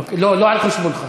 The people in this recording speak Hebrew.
לא, לא על חשבונך.